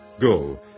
Go